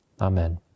Amen